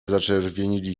zaczerwienili